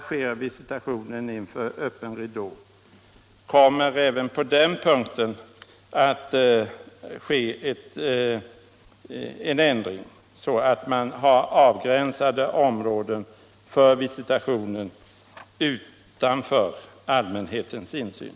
Visitationen sker inför öppen ridå. Kommer det även på den punkten att ske en ändring så att man för visitationen har avgränsade områden utanför allmänhetens insyn?